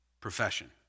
profession